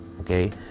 okay